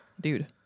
Dude